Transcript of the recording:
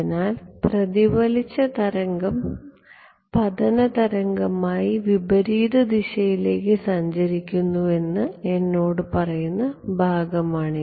അതിനാൽ പ്രതിഫലിച്ച തരംഗം സംഭവ തരംഗമായി വിപരീത ദിശയിലേക്ക് സഞ്ചരിക്കുന്നുവെന്ന് എന്നോട് പറയുന്ന ഭാഗമാണ്